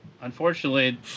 Unfortunately